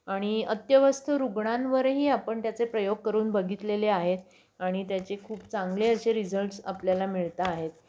आणि अत्यवस्थ रुग्णांवरही आपण त्याचे प्रयोग करून बघितलेले आहेत आणि त्याचे खूप चांगले असे रिझल्टस आपल्याला मिळता आहेत